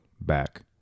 Back